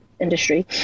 industry